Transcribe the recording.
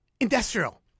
industrial